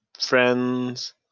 friends